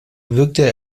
wirkte